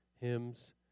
hymns